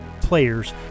players